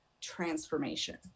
transformation